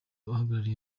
uhagarariye